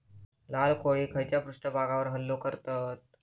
लाल कोळी खैच्या पृष्ठभागावर हल्लो करतत?